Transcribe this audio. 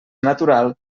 natural